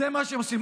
תודה.